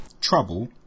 Trouble